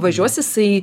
važiuos jisai